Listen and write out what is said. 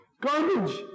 Garbage